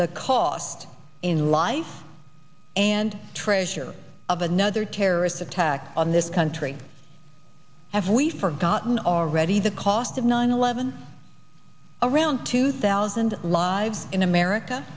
the cost in lives and treasure of another terrorist attack on this country have we forgotten already the cost of nine eleven around two thousand lives in america